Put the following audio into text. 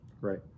Right